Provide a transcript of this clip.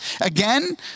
Again